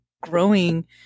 growing